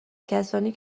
کسانی